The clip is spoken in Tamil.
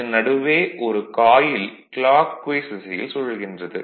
இதன் நடுவே ஒரு காயில் கிளாக்வைஸ் திசையில் சுழல்கின்றது